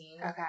Okay